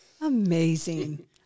Amazing